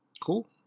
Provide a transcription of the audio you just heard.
Cool